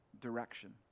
direction